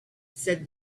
said